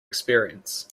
experience